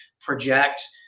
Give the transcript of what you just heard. project